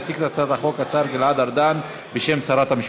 יציג את הצעת החוק השר גלעד ארדן בשם שרת המשפטים.